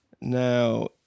Now